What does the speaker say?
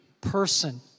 person